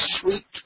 sweet